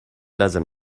doesn’t